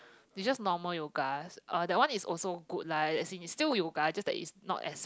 is just normal yoga uh that one is also good lah as in it's still yoga just that is not as